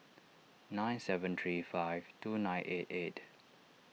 nine seven three five two nine eight eight